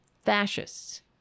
fascists